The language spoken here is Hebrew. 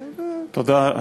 תודה.